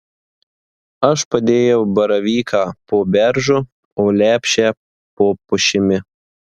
aš padėjau baravyką po beržu o lepšę po pušimi